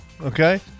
Okay